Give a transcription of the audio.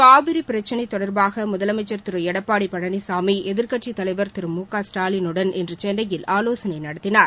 காவிரி பிரச்னை தொடர்பாக முதலமைச்சர் திரு எடப்பாடி பழனிசாமி எதிர்க்கட்சித் தலைவர் திரு மு க ஸ்டாலினுடன் இன்று சென்னையில் ஆலோசனை நடத்தினார்